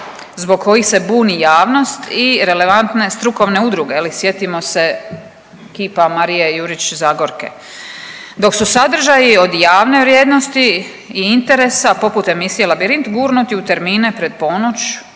zbog kojih se buni javnost i relevantne strukovne udruge. Sjetimo se kipa Marije Jurić Zagorke. Dok su sadržaji od javne vrijednosti i interesa poput emisije Labirint gurnuti u termine pred ponoć,